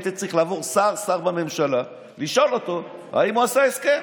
היית צריך לעבור שר-שר בממשלה ולשאול אותו אם הוא עשה הסכם.